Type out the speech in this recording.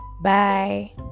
bye